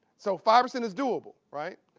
so five percent is doable. right?